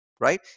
right